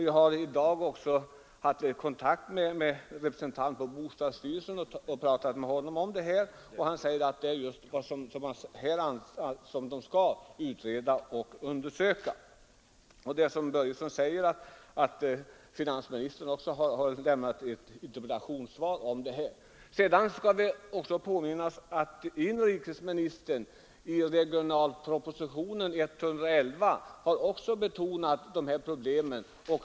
Jag har i dag haft kontakt med en representant för bostadsstyrelsen och pratat med honom om det här, och han förklarar att det är just detta som man skall utreda och undersöka. Som herr Börjesson säger har finansministern också lämnat ett interpellationssvar på den här saken. Vi skall också påminna oss att inrikesministern i regionalpropositionen 111 har betonat de här problemen.